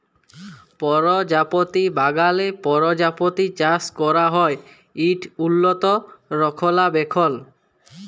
পরজাপতি বাগালে পরজাপতি চাষ ক্যরা হ্যয় ইট উল্লত রখলাবেখল